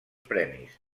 premis